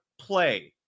play